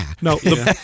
No